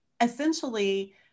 essentially